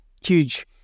huge